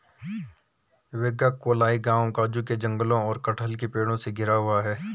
वेगाक्कोलाई गांव काजू के जंगलों और कटहल के पेड़ों से घिरा हुआ है